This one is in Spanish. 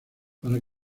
para